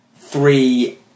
three